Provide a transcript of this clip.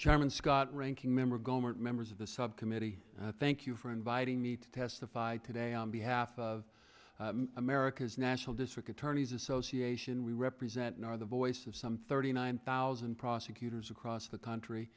chairman scott ranking member gohmert members of the subcommittee and i thank you for inviting me to testify today on behalf of america's national district attorneys association we represent and are the voice of some thirty nine thousand prosecutors across the country